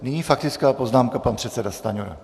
Nyní faktická poznámka pan předseda Stanjura.